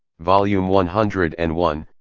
volume one hundred and one,